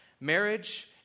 Marriage